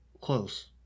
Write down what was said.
close